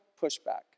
pushback